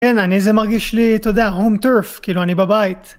כן, איזה מרגיש לי, תודה, הום טרף, כאילו אני בבית.